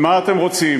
ומה אתם רוצים?